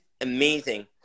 amazing